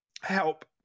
help